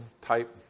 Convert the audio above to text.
type